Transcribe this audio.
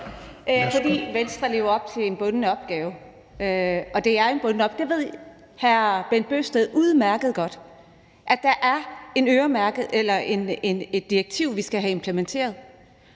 fordi Venstre lever op til en bunden opgave, og det er en bunden opgave. Hr. Bent Bøgsted ved udmærket godt, at der er et direktiv, vi skal have implementeret,